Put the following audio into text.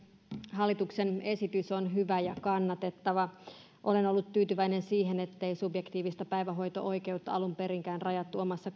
hallituksen esitys on hyvä ja kannatettava olen ollut tyytyväinen siihen ettei subjektiivista päivähoito oikeutta alun perinkään rajattu omassa